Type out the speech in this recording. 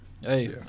hey